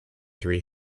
three